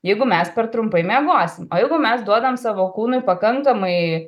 jeigu mes per trumpai miegosim o jeigu mes duodam savo kūnui pakankamai